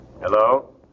Hello